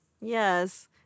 Yes